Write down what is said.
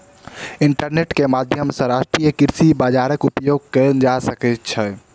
internet के माध्यम सॅ राष्ट्रीय कृषि बजारक उपयोग कएल जा सकै छै